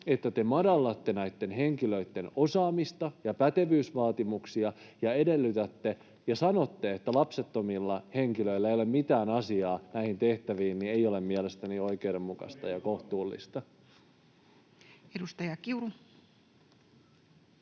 että te madallatte näitten henkilöitten osaamista ja pätevyysvaatimuksia ja sanotte, että lapsettomilla henkilöillä ei ole mitään asiaa näihin tehtäviin, ei ole mielestäni oikeudenmukaista ja kohtuullista. [Juha